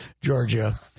Georgia